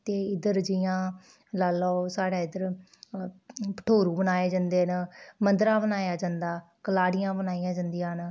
ते इद्धर जियां लाई लैओ साढ़े इद्धर भठोरू बनाए जंदे न मंद्दरा बनाया जंदा कलाड़ियां बनाइयां जंदियां न